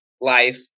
life